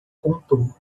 contou